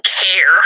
care